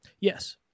yes